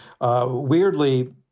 Weirdly